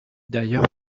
d’ailleurs